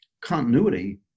continuity